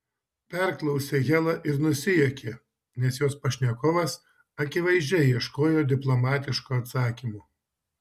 perklausė hela ir nusijuokė nes jos pašnekovas akivaizdžiai ieškojo diplomatiško atsakymo